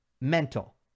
mental